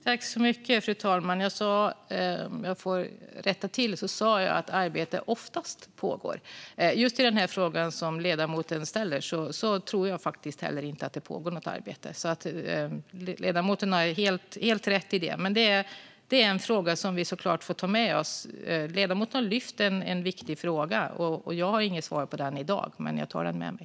Fru talman! Jag sa - om jag får rätta till - att arbete oftast pågår. När det gäller just den fråga som ledamoten ställde tror jag inte att det pågår något arbete; ledamoten har helt rätt i det. Detta är en fråga som vi såklart får ta med oss. Ledamoten har lyft en viktig fråga. Jag har inget svar på den i dag, men jag tar den med mig.